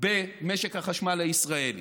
במשק החשמל הישראלי.